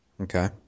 Okay